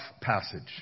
passage